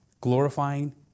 glorifying